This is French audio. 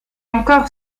encore